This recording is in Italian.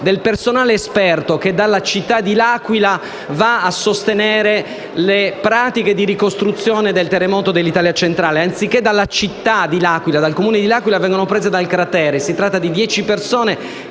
del personale esperto che dalla città dell'Aquila va a sostenere le pratiche di ricostruzione del terremoto dell'Italia centrale; anziché dal Comune dell'Aquila, vengono prese dal cratere. Si tratta di dieci persone